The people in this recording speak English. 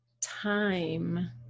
time